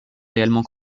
réellement